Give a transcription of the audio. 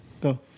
Go